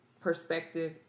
perspective